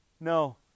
No